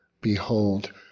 behold